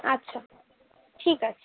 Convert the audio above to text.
আচ্ছা ঠিক আছে